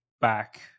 back